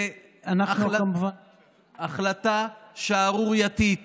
בהחלטה שערורייתית